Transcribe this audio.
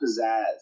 pizzazz